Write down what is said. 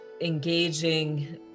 engaging